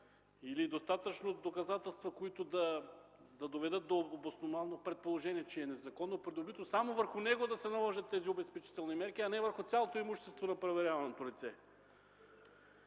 или достатъчно доказателства, които да доведат до обосновано предположение, че е незаконно придобито, само върху него да се наложат обезпечителните мерки, а не върху цялото имущество на проверяваното лице.